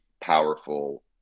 powerful